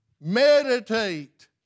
Meditate